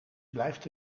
blijft